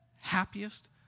happiest